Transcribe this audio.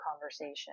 conversation